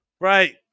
Right